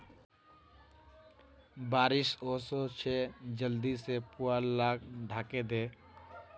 बारिश ओशो छे जल्दी से पुवाल लाक ढके दे